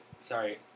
sorry